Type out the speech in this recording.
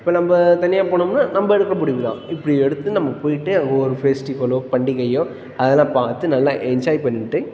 இப்போ நம்ம தனியாக போனோம்னால் நம்ம எடுக்கிற முடிவு தான் இப்படி எடுத்து நம்ம போய்விட்டு அங்கே ஒரு ஃபெஸ்டிவலோ பண்டிகையோ அதெல்லாம் பார்த்து நல்லா என்ஜாய் பண்ணிவிட்டு